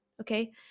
okay